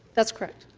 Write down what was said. that's correct.